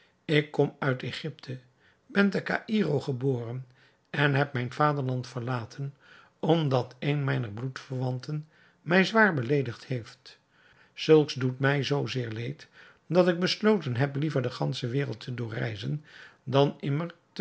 ik kom uit egypte ben te caïro geboren en heb mijn vaderland verlaten omdat een mijner bloedverwanten mij zwaar beleedigd heeft zulks doet mij zoo zeer leed dat ik besloten heb liever de gansche wereld te doorreizen dan